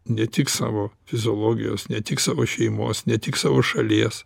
ne tik savo fiziologijos ne tik savo šeimos ne tik savo šalies